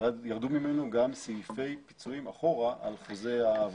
ירדו ממנו גם סעיפי פיצויים אחורה על חוזיי העבודה,